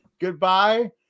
goodbye